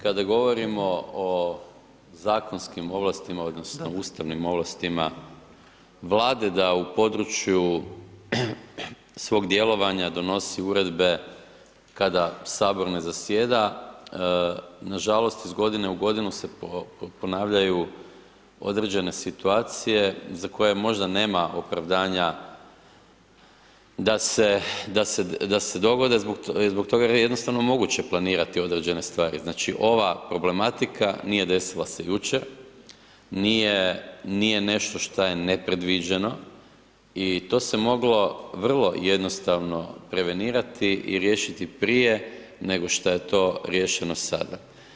Kada govorimo o zakonskim ovlastima odnosno ustavnim ovlastima Vlade da u području svog djelovanja donosi uredbe kada Sabor ne zasjeda, nažalost iz godine u godinu se ponavljaju određene situacije za koje možda nema opravdanja da se, da se dogode i zbog toga je jednostavno moguće planirati određene stvari, znači, ova problematika nije desila se jučer, nije, nije nešto šta je nepredviđeno, i to se moglo vrlo jednostavno prevenirati i riješiti prije nego šta je to riješeno sada.